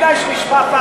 אולי כדאי שנשמע פעם,